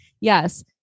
yes